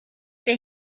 der